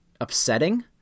upsetting